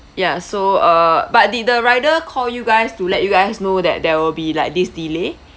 ya so uh but did the rider call you guys to let you guys know that there will be like this delay